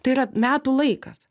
tai yra metų laikas